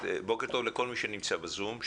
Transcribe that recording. לכל מי שנמצא בזום.